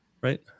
right